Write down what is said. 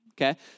okay